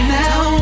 now